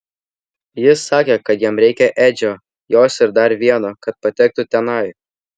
jis sakė kad jam reikia edžio jos ir dar vieno kad patektų tenai